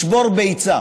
לשבור ביצה.